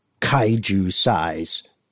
kaiju-size